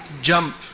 jump